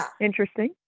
Interesting